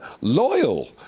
loyal